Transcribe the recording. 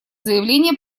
заявления